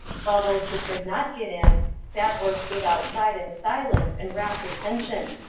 while those who could not get in, sat or stood outside in silence and wrapt attention.